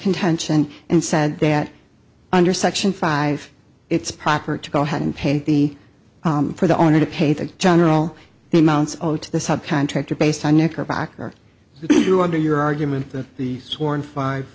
contention and said that under section five it's proper to go ahead and pay the for the owner to pay the general the amounts to the subcontractor based on necker back to you under your argument that the sworn five